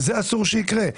זה אסור שיקרה.